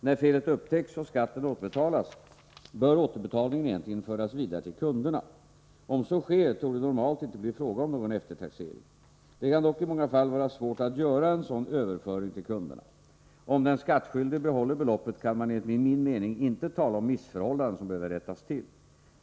När felet upptäcks och skatten återbetalas, bör återbetalningen egentligen föras vidare till kunderna. Om så sker, torde det normalt inte bli fråga om någon eftertaxering. Det kan dock i många fall vara svårt att göra en sådan överföring till kunderna. Om den skattskyldige behåller beloppet kan man enligt min mening inte tala om missförhållanden som behöver rättas till.